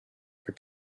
for